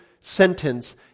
sentence